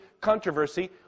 controversy